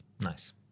nice